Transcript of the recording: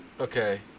Okay